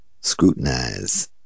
scrutinize